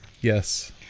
Yes